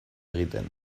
egiten